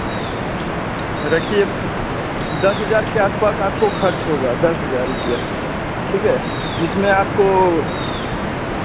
रखिए दस हज़ार के आस पास आपको खर्च होगा दस हज़ार रुपया ठीक है जिसमें आपको